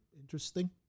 Interesting